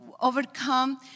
overcome